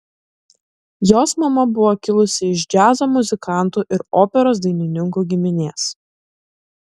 jos mama buvo kilusi iš džiazo muzikantų ir operos dainininkų giminės